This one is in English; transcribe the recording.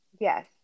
Yes